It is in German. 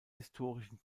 historischen